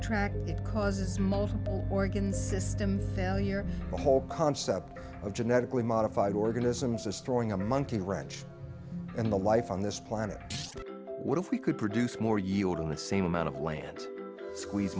tract it causes multiple organ system failure the whole concept of genetically modified organisms destroying a monkey wrench in the life on this planet what if we could produce more yield in that same amount of land squeeze